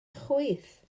chwith